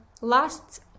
last